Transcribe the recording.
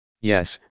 Yes